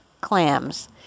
clams